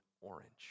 orange